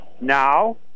Now